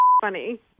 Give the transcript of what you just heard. funny